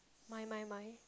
my my my